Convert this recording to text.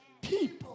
people